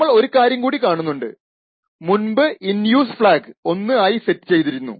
നമ്മൾ ഒരു കാര്യം കൂടി കാണുന്നുണ്ട് മുൻപ് ഇൻ യൂസ് ഫ്ലാഗ് 1 ആയി സെറ്റ് ചെയ്തിരുന്നു